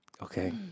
Okay